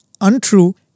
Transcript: untrue